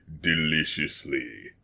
deliciously